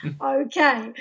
okay